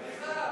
בטח.